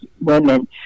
women